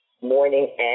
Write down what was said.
morning